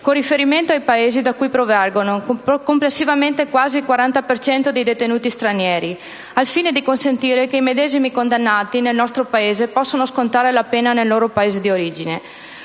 con riferimento ai paesi da cui provengono complessivamente quasi il 40 per cento dei detenuti stranieri, al fine di consentire che i medesimi condannati nel nostro Paese possano scontare la pena nel loro Paese di origine